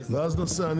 ואז נעשה.